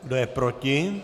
Kdo je proti?